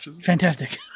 fantastic